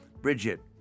Bridget